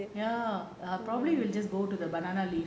ya probably we just go to the banana leaf